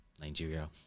Nigeria